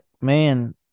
man